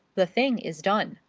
the thing is done.